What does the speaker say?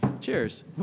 Cheers